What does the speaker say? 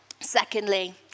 Secondly